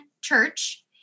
church